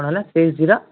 କ'ଣ ହେଲା six zero